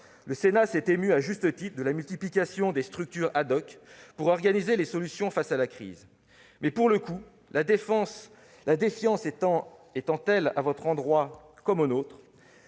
Le Sénat s'est ému, à juste titre, de la multiplication des structures pour organiser les solutions face à la crise, mais, pour le coup, la défiance étant telle, à votre endroit comme au nôtre,